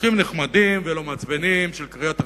חוקים נחמדים ולא מעצבנים, של קריאת רחובות,